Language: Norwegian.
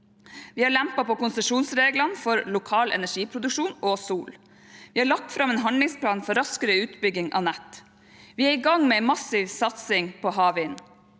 Vi har lempet på konsesjonsreglene for lokal energiproduksjon og sol. Vi har lagt fram en handlingsplan for raskere utbygging av nett. Vi er i gang med en massiv satsing på havvind.